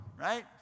right